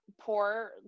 poor